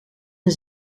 een